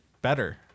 better